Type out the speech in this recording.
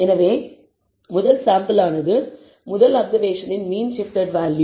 எனவே முதல் சாம்பிள் ஆனது முதல் அப்சர்வேஷனின் மீன் ஷிப்ட்டெட் வேல்யூ